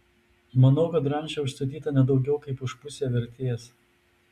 manau kad ranča užstatyta ne daugiau kaip už pusę vertės